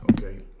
Okay